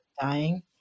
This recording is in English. dying